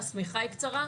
השמיכה קצרה,